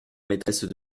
maîtresse